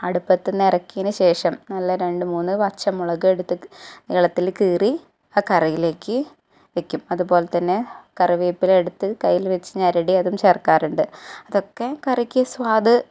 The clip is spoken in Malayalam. അടുപ്പത്തു നിന്നു ഇറക്കിയതിനു ശേഷം നല്ല രണ്ടു മൂന്നു വെച്ച മുളക് എടുത്തു നീളത്തിൽ കീറി അ കറിയിലേക്ക് വെയ്ക്കും അതു പോലെതന്നെ കറിവേപ്പില എടുത്തു കൈയ്യിൽ വെച്ചു ഞെരടി അതും ചേർക്കാറുണ്ട് അതൊക്കെ കറിയ്ക്ക് സ്വാദ്